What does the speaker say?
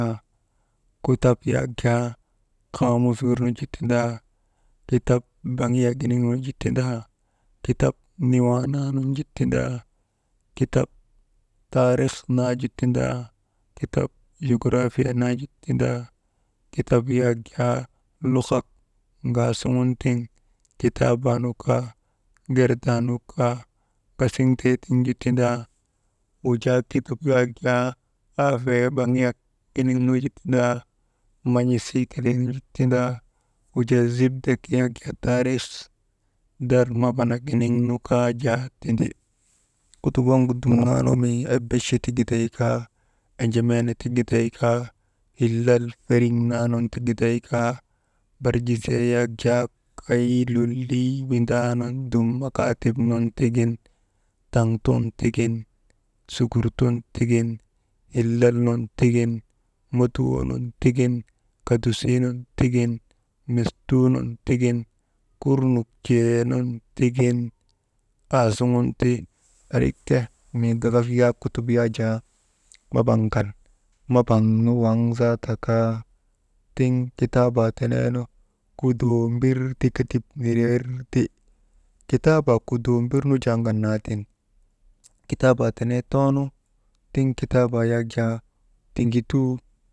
Kutap yak jaa kaamus wirnu ju tindaa, kitap baŋiyak giniŋnu ju tindaa, kitap siwaa naa nu ju tindaa, kitap taarih naa ju tindaa, kitap jograpiya naa ju tindaa, kitap yak jaa luhak ŋaasuŋun tiŋ kitaabaa nu kaa, gerdaa nuu kaa gasiŋtee nu ju tindaa, wujaa kutup yak jaa aafee baŋiyak giniŋnu ju tindaa man̰isiin kelee nu ju tindaa wujaa zipdek taarih dar maba naginiŋnu kaa jaa tindi. Kutup waŋgu dum mii ebeche ti giday kaa, enjemeene ti giday kaa, hilal feriŋ naa nun ti giday kaa, barjisee kay lolii windaa nun dum makaatip nun tigin, taŋ tun tiŋin sugurtun tigin, hillal nun tigin motuwoo nun tigin, kadusii nun tigin mestuu nun tigin, kurnuk jee nun tigin aasuŋun ti, barik ke mii gagak yak kutup jee yak jaa mabaŋ kan, mabaŋ nu waŋ zaata kaa, tiŋ kitaabaa teneenu kudo mbir ti ketip nirer ti, kitaabaa kudo mbir nu jaa ŋanaatiŋ, kitaabaa tenee toonu tiŋ kitaabaa yak jaa tiŋgutuu.